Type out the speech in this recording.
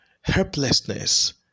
helplessness